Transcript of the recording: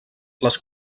les